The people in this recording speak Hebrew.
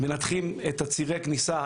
אנחנו מנתחים את צירי הכניסה,